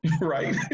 right